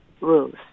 rules